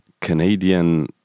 Canadian